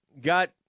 got